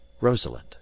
rosalind